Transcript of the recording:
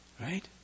Right